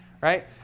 right